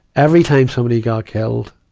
every time somebody got killed,